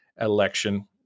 election